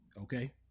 Okay